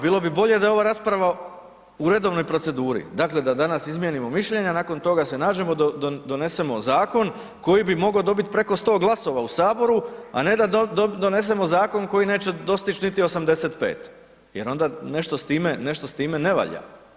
Bilo bi bolje da je ova rasprava u redovnoj proceduri, dakle da danas izmijenimo mišljenja, nakon toga se nađemo, donesemo zakon koji bi mogao dobiti preko 100 glasova u Saboru a ne da donesemo zakon koji neće dostići niti 85 jer onda nešto s time ne valja.